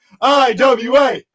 iwa